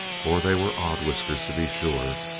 for they were odd whiskers, to be sure.